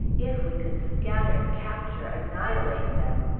if we could scatter, capture, annihilate them!